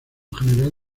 general